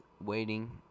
waiting